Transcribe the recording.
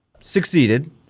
succeeded